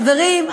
חברים,